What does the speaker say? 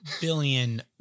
billion